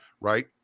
right